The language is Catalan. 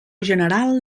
general